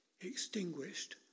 extinguished